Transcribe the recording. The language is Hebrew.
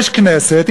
יש כנסת,